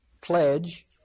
pledge